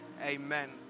Amen